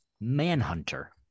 Manhunter